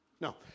No